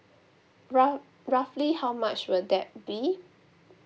roug~ roughly how much would that be